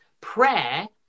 prayer